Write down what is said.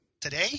Today